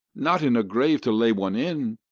not in a grave to lay one in,